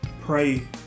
pray